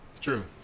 True